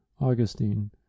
Augustine